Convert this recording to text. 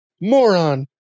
moron